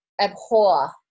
abhor